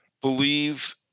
believe